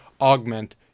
augment